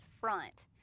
front